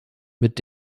mit